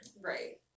Right